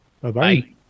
Bye-bye